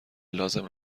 لازم